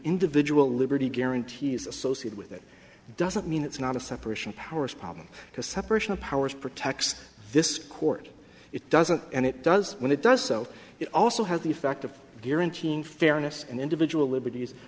individual liberty guarantee is associated with it doesn't mean it's not a separation of powers problem because separation of powers protects this court it doesn't and it does when it does so it also has the effect of guaranteeing fairness and individual liberties